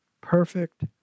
perfect